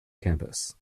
campus